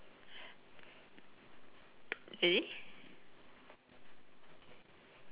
ready